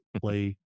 play